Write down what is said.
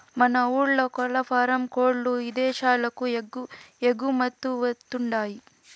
మన ఊర్ల కోల్లఫారం కోల్ల్లు ఇదేశాలకు ఎగుమతవతండాయ్